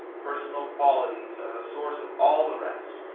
personal qualities are the source of all the rest,